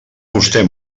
vostè